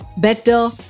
better